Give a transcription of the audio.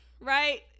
right